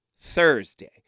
Thursday